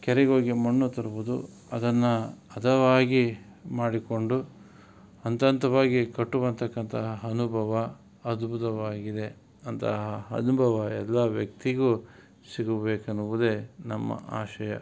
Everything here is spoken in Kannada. ಕೆರೆಗೋಗಿ ಮಣ್ಣು ತರುವುದು ಅದನ್ನು ಹದವಾಗಿ ಮಾಡಿಕೊಂಡು ಹಂತ ಹಂತವಾಗಿ ಕಟ್ಟುವಂತಕ್ಕಂತಹ ಅನುಭವ ಅದ್ಭುತವಾಗಿದೆ ಅಂತಹ ಅನುಭವ ಎಲ್ಲ ವ್ಯಕ್ತಿಗೂ ಸಿಗಬೇಕೆನ್ನುವುದೇ ನಮ್ಮ ಆಶಯ